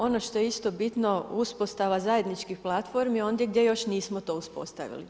Ono što je isto bitno, uspostava zajedničkih platformi ondje gdje još nismo to uspostavili.